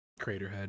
Craterhead